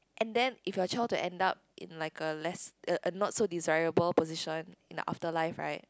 and then if your child to end up in like a less a not so desirable position in the after life right